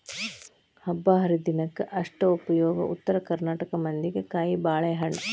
ಹಬ್ಬಾಹರಿದಿನಕ್ಕ ಅಷ್ಟ ಉಪಯೋಗ ಉತ್ತರ ಕರ್ನಾಟಕ ಮಂದಿಗೆ ಕಾಯಿಬಾಳೇಹಣ್ಣ